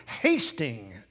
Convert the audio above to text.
hasting